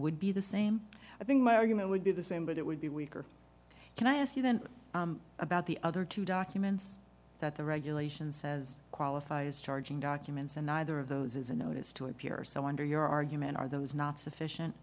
would be the same i think my argument would be the same but it would be weaker can i ask you then about the other two documents that the regulation says qualify as charging documents and neither of those is a notice to appear so under your argument are those not sufficient